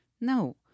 No